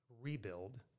rebuild